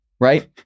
right